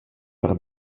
par